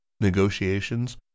negotiations